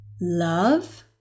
love